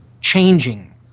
changing